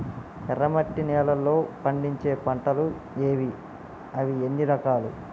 ఎర్రమట్టి నేలలో పండించే పంటలు ఏవి? అవి ఎన్ని రకాలు?